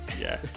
Yes